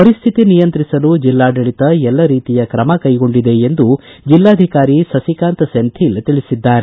ಪರಿಸ್ತಿತಿ ನಿಯಂತ್ರಿಸಲು ಜಿಲ್ಲಾಡಳಿತ ಎಲ್ಲ ರೀತಿಯಕ್ರಮ ಕೈಗೊಂಡಿದೆ ಎಂದು ಜಿಲ್ಲಾಧಿಕಾರಿ ಸಸಿಕಾಂತ್ ಸೆಂಥೀಲ್ ತಿಳಿಸಿದ್ದಾರೆ